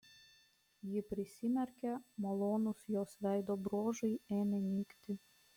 ji prisimerkė malonūs jos veido bruožai ėmė nykti